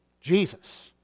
Jesus